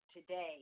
today